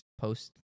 post